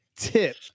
tip